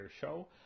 show